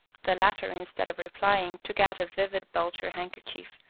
the latter, instead of replying, took out a vivid belcher handkerchief,